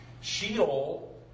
Sheol